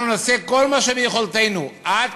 אנחנו נעשה כל מה שביכולתנו עד